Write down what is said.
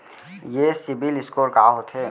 ये सिबील स्कोर का होथे?